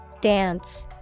dance